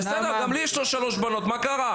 בסדר, גם לי יש שלוש בנות, מה קרה?